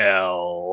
Hell